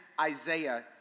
Isaiah